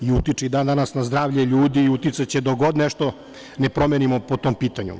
Utiče i dan danas na zdravlje ljudi i uticaće dokle god nešto ne promenimo po tom pitanju.